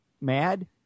mad